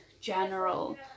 general